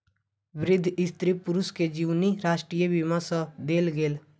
वृद्ध स्त्री पुरुष के जीवनी राष्ट्रीय बीमा सँ देल गेल